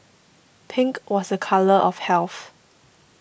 pink was a colour of health